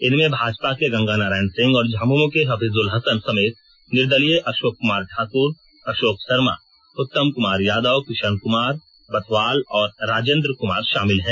इनमें भाजपा के गंगा नारायण सिंह और झामुमो के हफीजुल हसन समेत निर्दलीय अशोक कुमार ठाक्र अशोक शर्मा उत्तम कुमार यादव किशन कुमार बथवाल और राजेन्द्र कुमार शामिल हैं